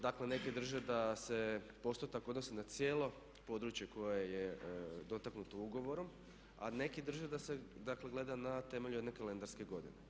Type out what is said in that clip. Dakle, neki drže da se postotak odnosi na cijelo područje koje je dotaknuto ugovorom, a neki drže da se, dakle gleda na temelju jedne kalendarske godine.